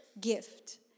gift